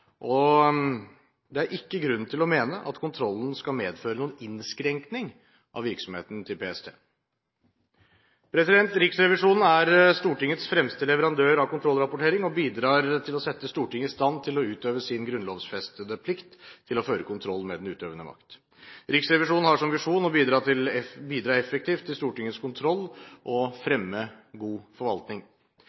og det er ikke grunn til å mene at kontrollen skal medføre noen innskrenkning av virksomheten til PST. Riksrevisjonen er Stortingets fremste leverandør av kontrollrapportering og bidrar til å sette Stortinget i stand til å utøve sin grunnlovfestede plikt til å føre kontroll med den utøvende makt. Riksrevisjonen har som visjon å bidra effektivt til Stortingets kontroll og fremme god forvaltning.